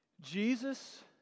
Jesus